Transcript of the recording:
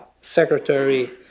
secretary